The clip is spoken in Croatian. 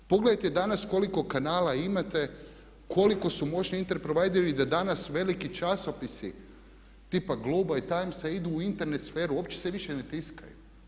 Pogledajte danas koliko kanala imate, koliko su moćni Internet provideri da danas veliki časopisi tipa Globea i Timesa idu u Internet sferu, uopće se više ne tiskaju.